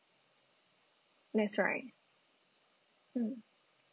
that's right mm